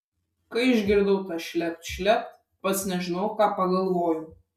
kai išgirdau tą šlept šlept pats nežinau ką pagalvojau